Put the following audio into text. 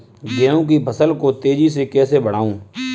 गेहूँ की फसल को तेजी से कैसे बढ़ाऊँ?